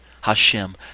Hashem